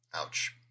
Ouch